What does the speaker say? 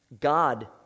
God